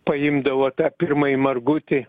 paimdavo tą pirmąjį margutį